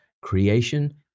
Creation